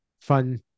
fun